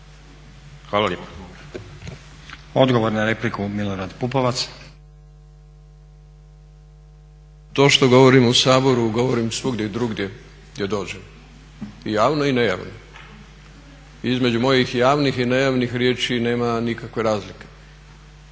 (SDSS)** Poštovani kolega to što govorim u Saboru govorim i svugdje drugdje gdje dođem i javno i nejavno i između mojih javnih i nejavnih riječi nema nikakve razlike.